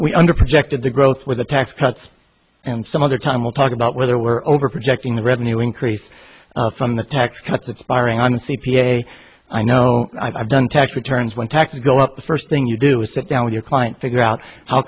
we under projected the growth with the tax cuts and some other time we'll talk about whether we're over projecting the revenue increase from the tax cuts expiring on the c p a i know i've done tax returns when taxes go up the first thing you do is sit down with your client figure out how